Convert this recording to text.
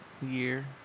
year